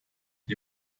die